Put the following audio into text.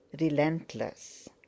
relentless